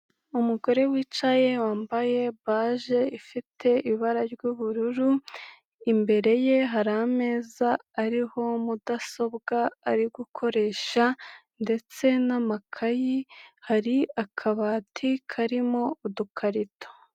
Umugore wicaye wambaye baje ifite ibara ry'ubururu, imbere ye hari ameza ariho mudasobwa ari gukoresha ndetse n'amakayi, hari akabati karimo udukarito.